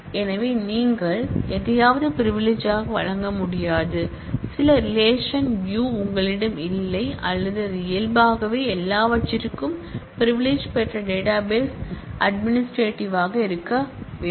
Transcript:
எனவே நீங்கள் எதையாவது பிரிவிலிஜ் வழங்க முடியாது சில ரிலேஷன் அல்லது வியூ உங்களிடம் இல்லை அல்லது அது இயல்பாகவே எல்லாவற்றிற்கும் பிரிவிலிஜ் பெற்ற டேட்டாபேஸ் அட்மினிஸ்ட்ரேட்டிவ் யாக இருக்க வேண்டும்